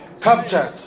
captured